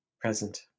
present